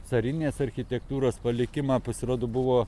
carinės architektūros palikimą pasirodo buvo